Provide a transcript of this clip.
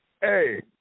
Hey